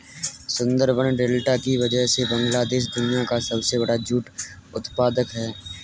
Sundarban delta की वजह से बांग्लादेश दुनिया का सबसे बड़ा जूट उत्पादक है